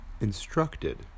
instructed